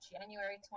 January